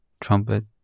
trumpet